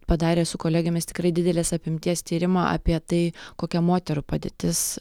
padarė su kolegėmis tikrai didelės apimties tyrimą apie tai kokia moterų padėtis